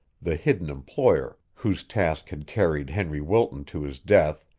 the hidden employer whose task had carried henry wilton to his death,